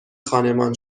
خانمان